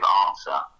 answer